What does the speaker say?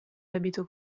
debito